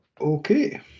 Okay